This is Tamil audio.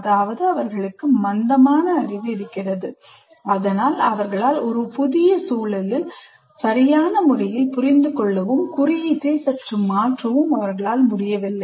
அதாவது அவர்களுக்கு மந்தமான அறிவு இருக்கிறது ஆனால் அவர்களால் புதிய சூழலை சரியான முறையில் புரிந்து கொள்ளவும் குறியீட்டை சற்று மாற்றவும் முடியவில்லை